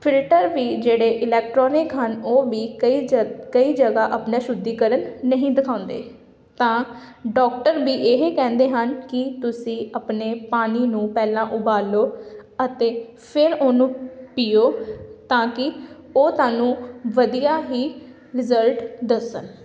filter ਵੀ ਜਿਹੜੇ electronic ਹਨ ਉਹ ਵੀ ਕਈ ਜਗ ਕਈ ਜਗ੍ਹਾ ਆਪਣਾ ਸ਼ੁੱਧੀਕਰਨ ਨਹੀਂ ਦਿਖਾਉਂਦੇ ਤਾਂ ਡਾਕਟਰ ਵੀ ਇਹ ਕਹਿੰਦੇ ਹਨ ਕਿ ਤੁਸੀਂ ਆਪਣੇ ਪਾਣੀ ਨੂੰ ਪਹਿਲਾਂ ਉਬਾਲੋ ਅਤੇ ਫਿਰ ਉਹਨੂੰ ਪੀਓ ਤਾਂ ਕਿ ਉਹ ਤਾਹਨੂੰ ਵਧੀਆ ਹੀ ਰਿਜਲਟ ਦੱਸਣ